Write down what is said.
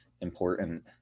important